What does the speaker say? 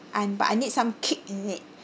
and but I need some kick in it